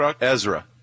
Ezra